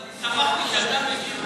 ואני שמחתי שאתה משיב,